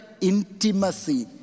intimacy